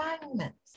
assignments